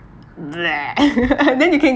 then you can